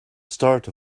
start